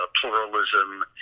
pluralism